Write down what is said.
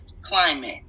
climate